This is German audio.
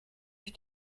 ich